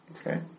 Okay